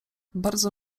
bardzo